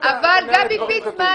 גבי פיסמן